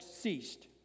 ceased